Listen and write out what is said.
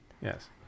Yes